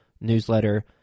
newsletter